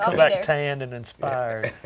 ah like tanned and inspired.